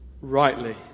rightly